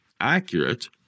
accurate